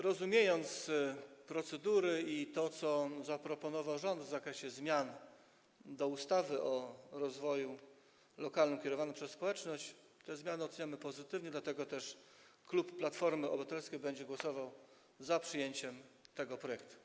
Rozumiejąc procedury i to, co zaproponował rząd w zakresie zmian do ustawy o rozwoju lokalnym z udziałem lokalnej społeczności, te zmiany oceniamy pozytywnie, dlatego też klub Platformy Obywatelskiej będzie głosował za przyjęciem tego projektu.